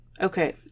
Okay